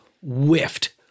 whiffed